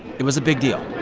it was a big deal.